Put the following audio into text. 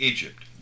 Egypt